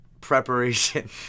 preparation